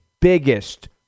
biggest